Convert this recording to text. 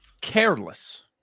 careless